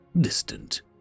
distant